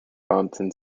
brompton